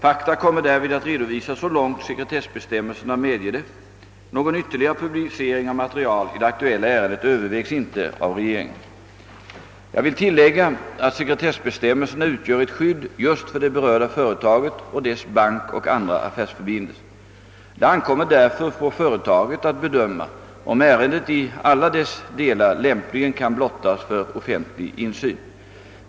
Fakta kommer därvid att redovisas så långt sekretessbestämmelserna medger det. Någon ytterligare publicering av material i det aktuella ärendet övervägs inte av regeringen. Jag vill tillägga att sekretessbestämmelserna utgör ett skydd just för det berörda företaget och dess bankoch andra affärsförbindelser. Det ankommer därför på företaget att bedöma om ärendet i alla dess delar lämpligen kan blottas för offentlig insyn.